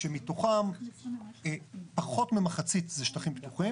שמתוכם פחות ממחצית זה שטחים פתוחים,